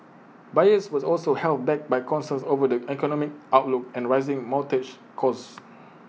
buyers were also held back by concerns over the economic outlook and rising mortgage costs